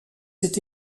cet